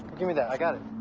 give me that. i got it.